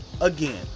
again